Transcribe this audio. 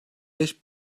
beş